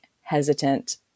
hesitant